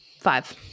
Five